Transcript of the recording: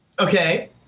Okay